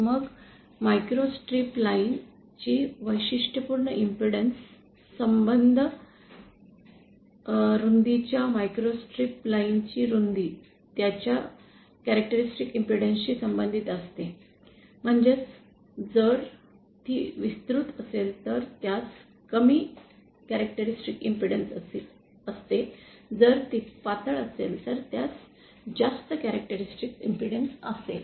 मग microstrip line ची वैशिष्ट्यपूर्ण इम्पेडन्स संबंध रुंदीच्या मायक्रोस्ट्रिप लाइन ची रुंदी त्याच्या वैशिष्ट्यपूर्ण इम्पेडन्स शी संबंधित असते म्हणजेच जर ती विस्तृत असेल तर त्यास कमी वैशिष्ट्यपूर्ण इम्पेडन्स असते जर ती पातळ असेल तर त्यास जास्त वैशिष्ट्यपूर्ण इम्पेडन्स असेल